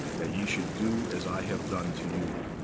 that ye should do as i have done to you.